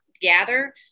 gather